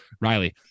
Riley